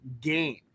game